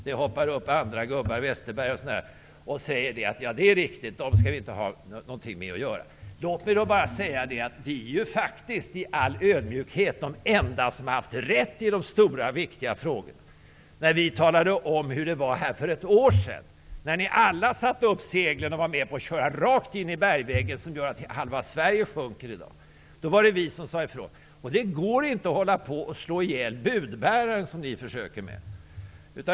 Det hoppar upp andra gubbar, t.ex. Westerberg, som säger: Det är riktigt. Ny demokrati skall vi inte ha något att göra med. Låt mig i all ödmjukhet säga att vi faktiskt är de enda som har haft rätt i de stora viktiga frågorna. Vi talade om hur det var för ett år sedan. Då satte ni alla upp seglen och var med på att köra rakt in i bergväggen. Det gör att halva Sverige sjunker i dag. Då sade vi ifrån. Det går inte att slå ihjäl budbäraren, som ni försöker göra.